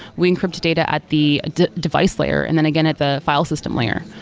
we encrypted data at the device layer and then again, at the filesystem layer.